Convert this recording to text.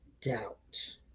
doubt